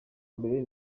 mbere